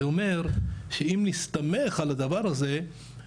זה אומר שאם נסתמך על הדבר הזה,